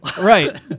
Right